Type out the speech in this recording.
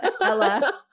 Ella